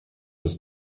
was